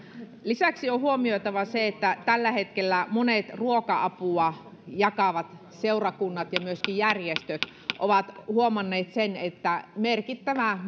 lisäksi on huomioitava se että tällä hetkellä monet ruoka apua jakavat seurakunnat ja myöskin järjestöt ovat huomanneet sen että merkittävä